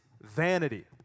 vanity